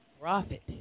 Profit